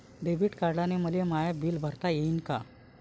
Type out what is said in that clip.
Debit कार्डानं मले माय बिल भरता येईन का?